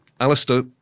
Alistair